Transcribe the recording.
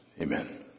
Amen